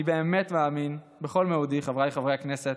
אני באמת מאמין בכל מאודי, חבריי חברי הכנסת,